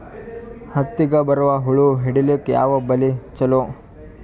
ಹತ್ತಿಗ ಬರುವ ಹುಳ ಹಿಡೀಲಿಕ ಯಾವ ಬಲಿ ಚಲೋ?